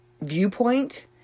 viewpoint